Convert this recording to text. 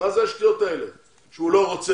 מה זה השטויות האלה שהוא לא רוצה?